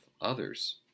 others